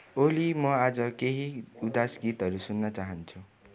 ओली म आज केही उदास गीतहरू सुन्न चाहान्छु